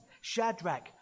Shadrach